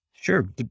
Sure